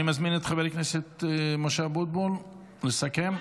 אני מזמין את חבר הכנסת משה אבוטבול לסכם.